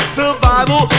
survival